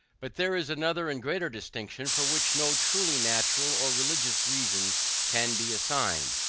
but there is another and greater distinction for which no truly natural or religious reason can be assigned,